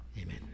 Amen